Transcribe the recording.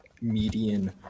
median